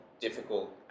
difficult